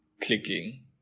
clicking